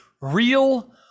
real